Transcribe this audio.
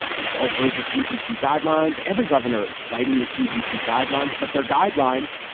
ah we've all heard the cdc guidelines. every governor is citing the cdc guidelines. but their guidelines,